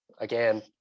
again